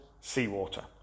seawater